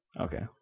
Okay